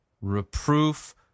reproof